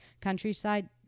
countryside